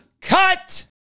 CUT